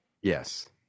yes